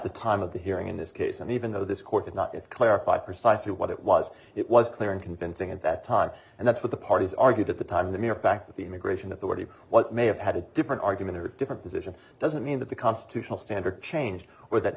the time of the hearing in this case and even though this court did not clarify precisely what it was it was clear and convincing at that time and that's what the parties argued at the time the mere fact that the immigration authority what may have had a different argument or different position doesn't mean that the constitutional standard changed